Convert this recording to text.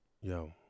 yo